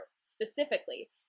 specifically